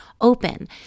open